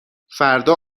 فردا